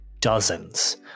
dozens